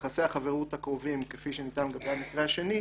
ויחסי החברות הקרובים, כפי שנטען לגבי המקרה השני,